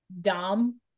dumb